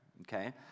okay